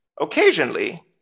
occasionally